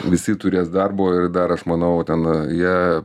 visi turės darbo ir dar aš manau ten jie